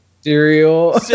Cereal